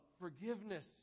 forgiveness